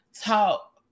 talk